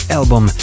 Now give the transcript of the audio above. album